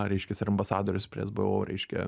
reiškias ir ambasadorius prie esbo reiškia